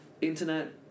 internet